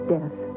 Death